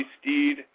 steed